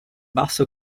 basso